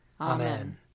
Amen